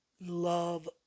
love